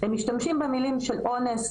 הם משתמשים במילים של אונס,